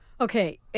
Okay